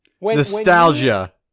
Nostalgia